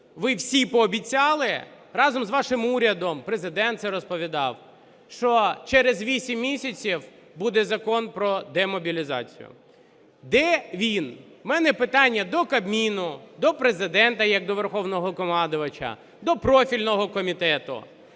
ви всі пообіцяли разом з вашим урядом, Президент це розповідав, що через вісім місяців буде Закон про демобілізацію. Де він? У мене питання до Кабміну, до Президента як до Верховного Головнокомандувача, до профільного комітету: